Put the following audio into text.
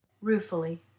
Ruefully